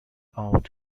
out